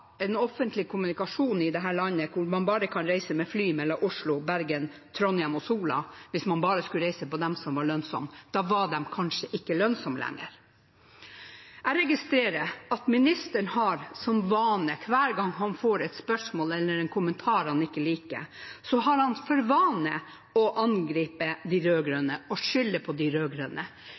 en offentlig kommunikasjon i dette landet hvor man bare kan reise med fly mellom Oslo, Bergen, Trondheim og Sola, hvis man bare skulle reise på dem som var lønnsomme. Da var de kanskje ikke lønnsomme lenger. Jeg registrerer at ministeren hver gang han får et spørsmål eller en kommentar han ikke liker, har for vane å angripe de rød-grønne og skylde på de